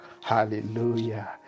Hallelujah